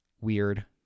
weird